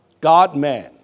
God-man